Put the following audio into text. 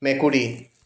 মেকুৰী